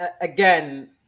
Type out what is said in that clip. again